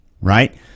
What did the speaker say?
right